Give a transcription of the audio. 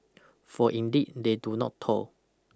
for indeed they do not toil